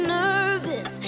nervous